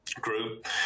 group